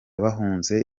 bahunze